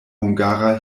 hungara